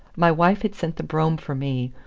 my wife had sent the brougham for me,